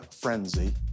frenzy